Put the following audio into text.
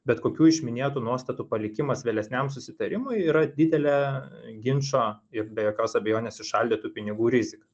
bet kokių iš minėtų nuostatų palikimas vėlesniam susitarimui yra didelė ginčo ir be jokios abejonės įšaldytų pinigų rizika